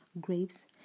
grapes